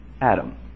Adam